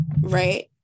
right